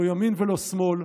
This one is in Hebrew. לא ימין ולא שמאל,